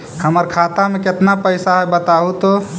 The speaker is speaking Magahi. हमर खाता में केतना पैसा है बतहू तो?